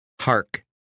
Hark